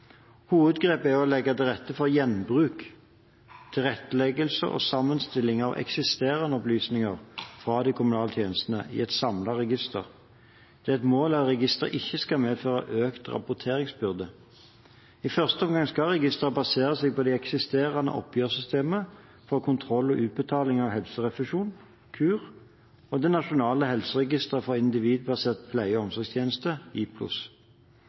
Hovedgrepet er å legge til rette for gjenbruk, tilretteleggelse og sammenstilling av eksisterende opplysninger fra de kommunale tjenestene, i et samlet register. Det er et mål at registeret ikke skal medføre økt rapporteringsbyrde. I første omgang skal registeret baseres på det eksisterende oppgjørssystemet for kontroll og utbetaling av helserefusjon, KUHR, og det nasjonale helseregisteret for individbaserte pleie- og omsorgstjenester, IPLOS. Jeg tar på alvor at registrering og lagring av helseopplysninger om enkeltpersoner i